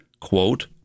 quote